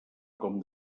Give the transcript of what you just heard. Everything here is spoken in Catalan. com